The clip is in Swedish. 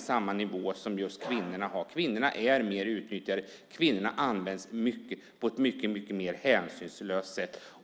samma låga nivå som kvinnorna. Kvinnorna är mer utnyttjade. De används på ett mycket mer hänsynslöst sätt.